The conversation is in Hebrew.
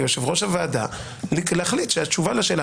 כיושב-ראש הוועדה להחליט שהתשובה לשאלה